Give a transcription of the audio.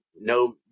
no